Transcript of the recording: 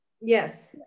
yes